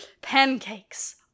pancakes